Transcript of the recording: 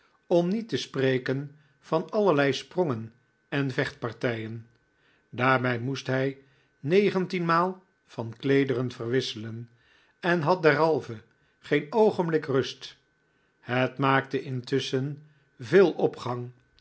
om niet te spreken van allerlei sprongen en vechtpartijen daarbij moest hij negentienmaal van kleederen verwisselen en had derhalve geen oogenbilk rust hetmaakte intusschen veel opgang